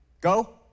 Go